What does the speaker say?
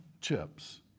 chips